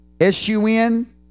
S-U-N